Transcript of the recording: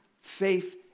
faith